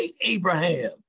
Abraham